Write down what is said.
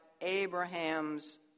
Abraham's